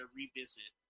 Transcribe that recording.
revisit